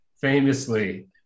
famously